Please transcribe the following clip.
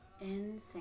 Insane